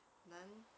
then